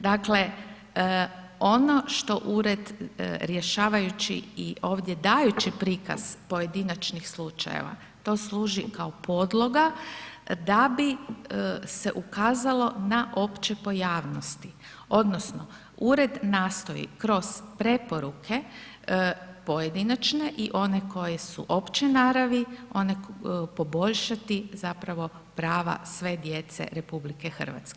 Dakle, ono što ured rješavajući i ovdje dajući prikaz pojedinačnih slučajeva, to služi kao podloga da bi se ukazalo na opće pojavnosti odnosno ured nastoji kroz preporuke pojedinačne i one koje su opće naravi, poboljšati zapravo prava sve djece RH.